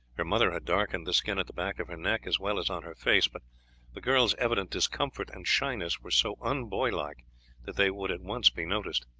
her mother had darkened the skin at the back of her neck as well as on her face, but the girl's evident discomfort and shyness were so unboylike that they would at once be noticed.